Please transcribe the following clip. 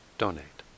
donate